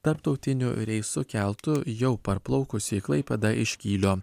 tarptautinių reisų keltu jau parplaukusi į klaipėdą iš kylio